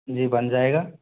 जी बन जाएगा